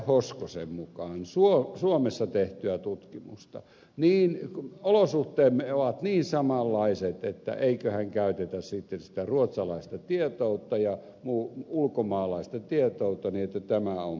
hoskosen mukaan suomessa tehtyä tutkimusta niin olosuhteemme ovat niin samanlaiset että eiköhän käytetä sitten sitä ruotsalaista tietoutta ja ulkomaalaista tietoutta niin että tämä homma hoituu